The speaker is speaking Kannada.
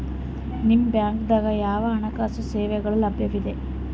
ನಿಮ ಬ್ಯಾಂಕ ದಾಗ ಯಾವ ಹಣಕಾಸು ಸೇವೆಗಳು ಲಭ್ಯವಿದೆ?